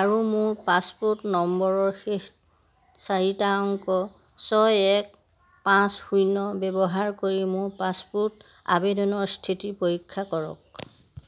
আৰু মোৰ পাছপোৰ্ট নম্বৰৰ শেষ চাৰিটা অংক ছয় এক পাঁচ শূন্য ব্যৱহাৰ কৰি মোৰ পাছপোৰ্ট আবেদনৰ স্থিতি পৰীক্ষা কৰক